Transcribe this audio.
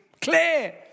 clear